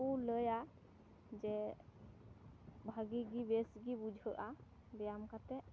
ᱠᱚ ᱞᱟᱹᱭᱟ ᱡᱮ ᱵᱷᱟᱜᱮ ᱜᱮ ᱵᱮᱥ ᱜᱮ ᱵᱩᱡᱷᱟᱹᱜᱼᱟ ᱵᱮᱭᱟᱢ ᱠᱟᱛᱮ